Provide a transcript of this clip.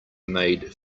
made